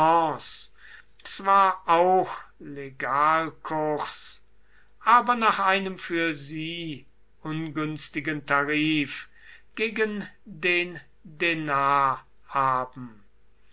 zwar auch legalkurs aber nach einem für sie ungünstigen tarif gegen den denar haben